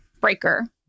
breaker